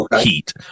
heat